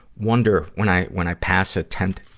wonder, when i, when i pass a tent,